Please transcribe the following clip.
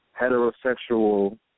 heterosexual